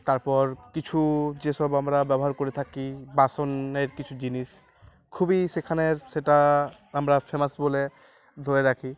তারপর কিছু যেসব আমরা ব্যবহার করে থাকি বাসনের কিছু জিনিস খুবই সেখানে সেটা আমরা ফেমাস বলে ধরে রাখি